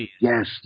Yes